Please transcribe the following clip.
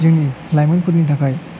जोंनि लाइमोनफोरनि थाखाय